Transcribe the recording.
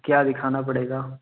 क्या दिखाना पड़ेगा